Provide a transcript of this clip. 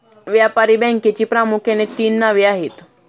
व्यापारी बँकेची प्रामुख्याने तीन नावे आहेत